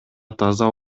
таза